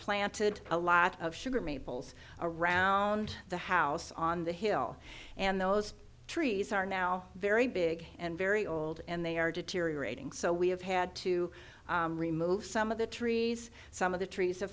planted a lot of sugar maples around the house on the hill and those trees are now very big and very old and they are deteriorating so we have had to remove some of the trees some of the trees